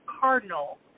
cardinal